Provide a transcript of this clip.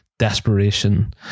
Desperation